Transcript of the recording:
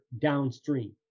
downstream